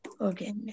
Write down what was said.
Okay